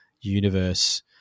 universe